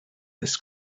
this